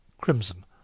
crimson